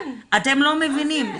אתם לא מבינים.